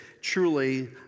truly